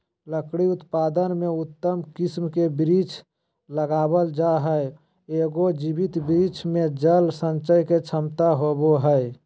लकड़ी उत्पादन में उत्तम किस्म के वृक्ष लगावल जा हई, एगो जीवित वृक्ष मे जल संचय के क्षमता होवअ हई